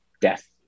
Death